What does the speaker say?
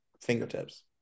fingertips